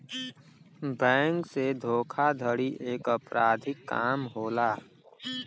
bank से धोखाधड़ी एक अपराधिक काम होला